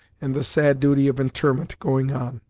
and the sad duty of interment going on.